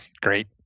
great